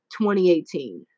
2018